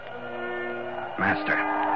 Master